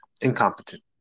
incompetent